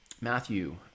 Matthew